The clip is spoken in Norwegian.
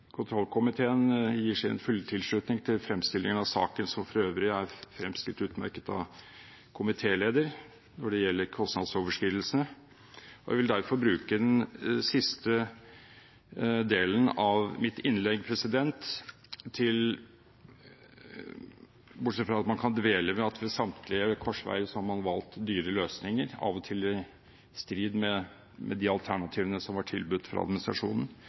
kontrollkomiteen gir sin fulle tilslutning til fremstillingen av saken, som for øvrig er fremstilt utmerket av komitélederen, når det gjelder kostnadsoverskridelsene. Man kan dvele ved at man ved samtlige korsveier har valgt dyre løsninger, av og til i strid med alternativene som var tilbudt fra administrasjonen.